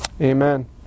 Amen